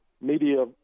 media